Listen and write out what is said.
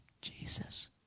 jesus